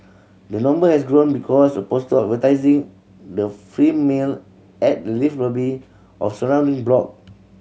the number has grown because of poster advertising the free meal at the lift lobby of surrounding block